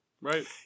right